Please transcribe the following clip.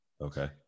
okay